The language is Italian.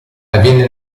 avviene